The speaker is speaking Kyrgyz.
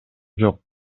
жок